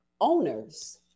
owners